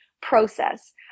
process